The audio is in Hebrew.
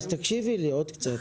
תקשיבי לי עוד קצת.